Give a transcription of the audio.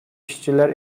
işçiler